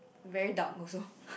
very dark also